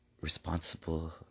responsible